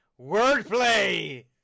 Wordplay